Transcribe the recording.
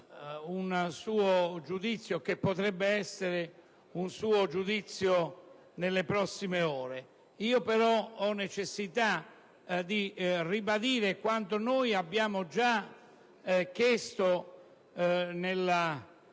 quello che sarà o potrebbe essere un suo giudizio nelle prossime ore, ho però necessità di ribadire quanto noi abbiamo già chiesto nella